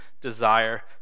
desire